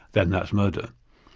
then that's murder.